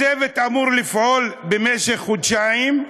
הצוות אמור לפעול במשך חודשיים,